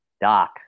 doc